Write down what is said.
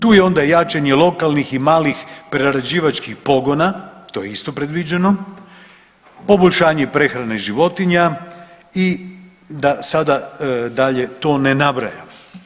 Tu je onda i jačanje lokalnih i malih prerađivačkih pogona to je isto predviđeno, poboljšanje i prehrane životinja i da sada dalje to ne nabrajam.